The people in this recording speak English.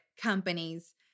companies